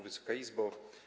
Wysoka Izbo!